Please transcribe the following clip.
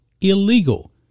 illegal